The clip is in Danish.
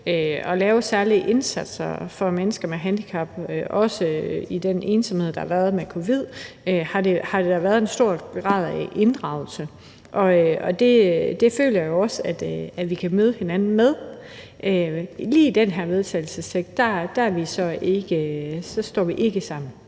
at lave særlige indsatser for mennesker med handicap. Også i forhold til den ensomhed, der har været som følge af covid-19, har der da været en stor grad af inddragelse, og det føler jeg også at vi kan møde hinanden med. Lige med hensyn til den her vedtagelsestekst står vi så ikke sammen.